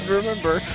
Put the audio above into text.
remember